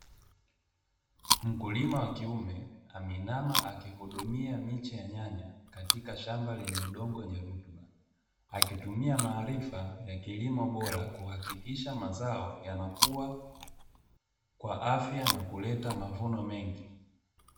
Mkulima wa kiume ameinama akihudumia miche ya nyanya katika shamba, lenye udongo ni akitumia maarifa ya kilimo bora, kuhakikisha mazao yanakuwa kwa afya na kuleta mavuno mengi.